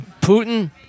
Putin